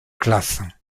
classes